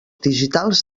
digitals